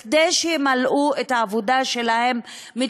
כדי שימלאו את העבודה מתוך,